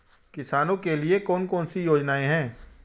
किसानों के लिए कौन कौन सी योजनाएं हैं?